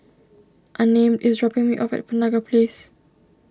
Unnamed is dropping me off at Penaga Place